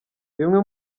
bimwe